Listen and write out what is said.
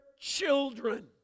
children